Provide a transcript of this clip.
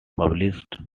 published